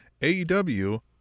AEW